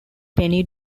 penny